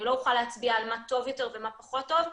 אני לא אוכל להצביע על מה טוב יותר ומה פחות טוב,